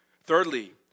Thirdly